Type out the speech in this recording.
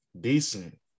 Decent